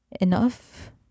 enough